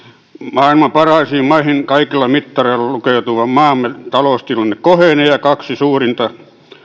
maailman parhaisiin maihin kaikilla mittareilla lukeutuvan maamme taloustilanne kohenee ja kaksi suurinta